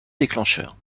déclencheur